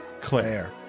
Claire